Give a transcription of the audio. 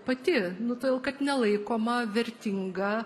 pati nu todėk kad nelaikoma vertinga